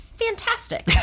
fantastic